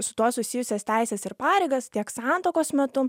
su tuo susijusias teises ir pareigas tiek santuokos metu